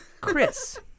Chris